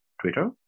Twitter